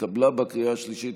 התקבלה בקריאה השלישית,